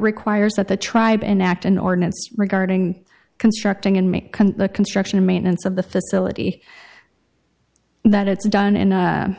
requires that the tribe enact an ordinance regarding constructing and make the construction and maintenance of the facility that it's done in a